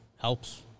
helps